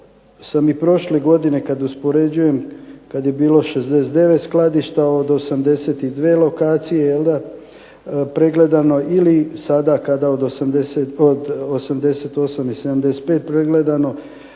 sam i prošle godine kad uspoređujem kad je bilo 69 skladišta od 82 lokacije pregledano ili sada kada od 88 je 75 pregledano